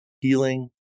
healing